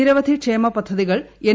നിരവധി ക്ഷേമ പദ്ധതികൾ എൻ